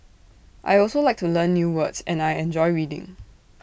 I also like to learn new words and I enjoy reading